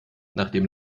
nachdem